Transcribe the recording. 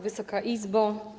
Wysoka Izbo!